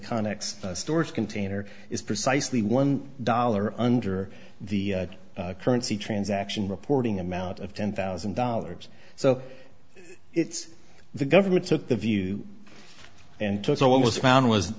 context of a storage container is precisely one dollar under the currency transaction reporting amount of ten thousand dollars so it's the government took the view and it's almost found was